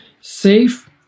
safe